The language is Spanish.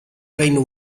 reino